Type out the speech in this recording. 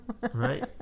right